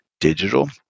digital